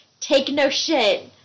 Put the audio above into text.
take-no-shit